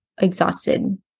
exhausted